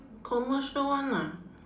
commercial one ah